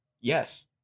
Yes